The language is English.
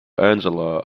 angela